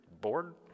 bored